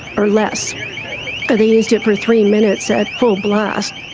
or less, and they used it for three minutes at full blast.